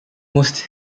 most